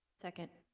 second